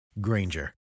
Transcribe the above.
Granger